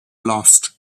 lost